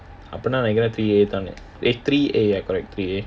அப்படின்னா நான் நெனக்கிறேன்:appdina naan nenakkiran three A eh three A ah correct